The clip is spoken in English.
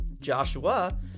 Joshua